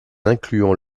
incluant